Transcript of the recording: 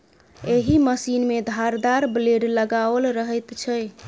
एहि मशीन मे धारदार ब्लेड लगाओल रहैत छै